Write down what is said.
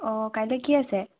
অঁ কাইলৈ কি আছে